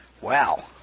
Wow